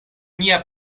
nia